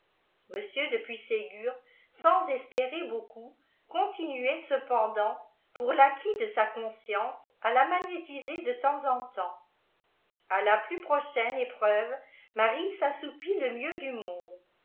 présenta de puységur sans espérer beaucoup continuait cependant pour l'acquit je sa conscience à la magnétiser de temps en temps a la pi u prochaine épreuve lilarie s'assoupit le mieux du mondé